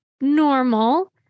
normal